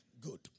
Good